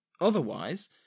Otherwise